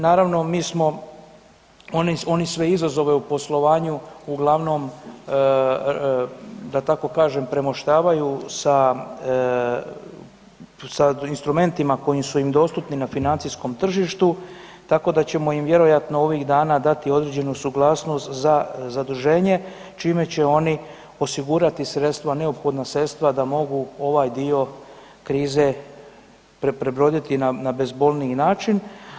Naravno mi smo, oni sve izazove u poslovanju uglavnom da tako kažem premoštavaju sa, sa instrumentima koji su im dostupni na financijskom tržištu tako da ćemo im vjerojatno ovih dana dati određenu suglasnost za zaduženje čime će oni osigurati sredstva, neophodna sredstva da mogu ovaj dio krize prebroditi na bezbolniji način.